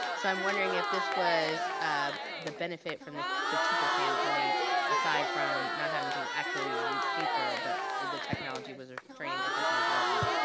so i'm wondering if this was ah the benefit from the the teacher standpoint aside from not having to actually review paper, but the technology, was there training and professional development?